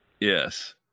Yes